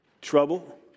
trouble